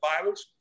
violence